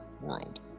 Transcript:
world